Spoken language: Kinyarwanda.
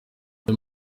aya